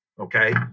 Okay